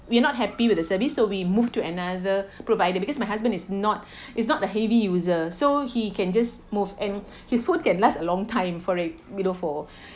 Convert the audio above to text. we are not happy with the service so we moved to another provider because my husband is not is not a heavy users so he can just move and his phone can last for a long time for like below four